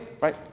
right